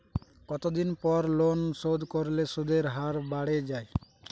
কতদিন পর লোন শোধ করলে সুদের হার বাড়ে য়ায়?